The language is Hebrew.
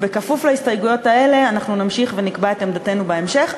בכפוף להסתייגויות האלה אנחנו נמשיך ונקבע את עמדתנו בהמשך,